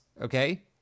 okay